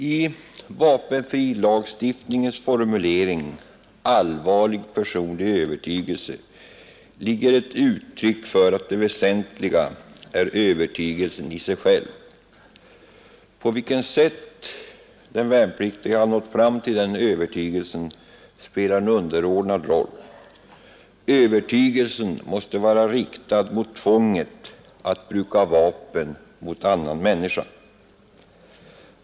I vapenfrilagens formulering om den värnpliktiges ”allvarliga personliga övertygelse” ligger att det väsentliga är övertygelsen i sig själv. På vilket sätt den värnpliktige har nått fram till den övertygelsen spelar en underordnad roll. Övertygelsen måste vara riktad mot tvånget att bruka vapen mot annan människa.